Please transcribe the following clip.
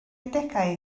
adegau